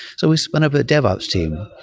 so we spun up a dev ops team.